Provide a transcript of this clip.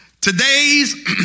Today's